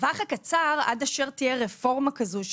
בטווח הקצר, עד אשר תהיה רפורמה כזאת,